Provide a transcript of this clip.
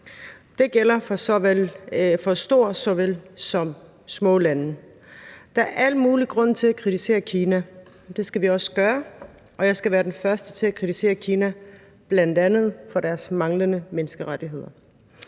Det gælder for såvel store som små lande. Der er al mulig grund til at kritisere Kina, det skal vi også gøre, og jeg skal være den første til at kritisere Kina for bl.a. deres manglende menneskerettigheder.